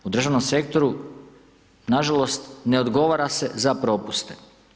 U državnom sektoru, nažalost, ne odgovara se na propuste.